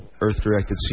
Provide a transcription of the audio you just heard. Earth-directed